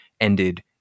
ended